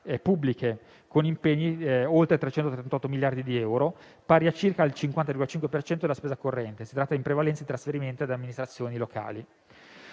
pubbliche, con impegni per oltre 338 miliardi di euro, pari a circa il 55 per cento della spesa corrente. Si tratta in prevalenza di trasferimenti alle amministrazioni locali.